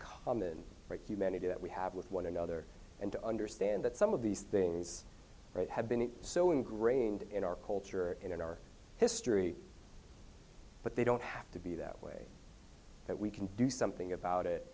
common humanity that we have with one another and to understand that some of these things right have been so ingrained in our culture and in our history but they don't have to be that way that we can do something about it